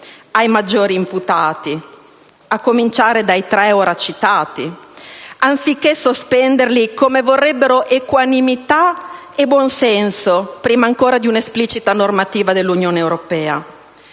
ai maggiori imputati, a cominciare dai tre ora citati, anziché sospenderli come vorrebbero equanimità e buon senso, prima ancora di una esplicita normativa dell'Unione europea.